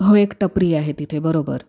हो एक टपरी आहे तिथे बरोबर